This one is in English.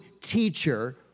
teacher